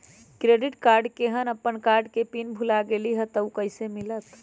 Credit card केहन अपन card के पिन भुला गेलि ह त उ कईसे मिलत?